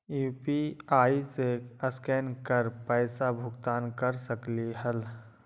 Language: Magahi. यू.पी.आई से स्केन कर पईसा भुगतान कर सकलीहल?